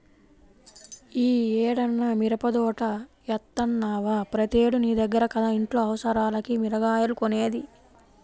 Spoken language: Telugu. యీ ఏడన్నా మిరపదోట యేత్తన్నవా, ప్రతేడూ నీ దగ్గర కదా ఇంట్లో అవసరాలకి మిరగాయలు కొనేది